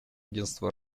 агентство